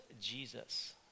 Jesus